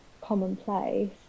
commonplace